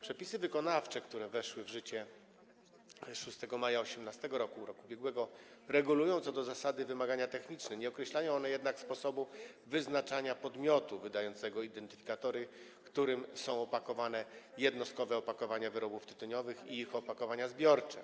Przepisy wykonawcze, które weszły w życie 6 maja 2018 r., czyli w roku ubiegłym, regulują co do zasady wymagania techniczne, nie określają one jednak sposobu wyznaczania podmiotu wydającego identyfikatory, którym są oznaczone jednostkowe opakowania wyrobów tytoniowych i opakowania zbiorcze.